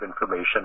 information